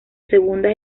segunda